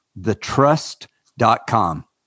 thetrust.com